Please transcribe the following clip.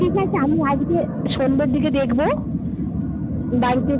ঠিক আছে আমি আজকে সন্ধের দিকে দেখবো বাড়িতে